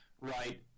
right